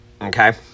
okay